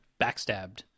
backstabbed